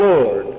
Lord